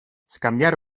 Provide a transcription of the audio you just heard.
scambiare